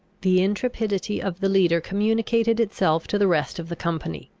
the intrepidity of the leader communicated itself to the rest of the company.